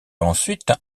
ensuite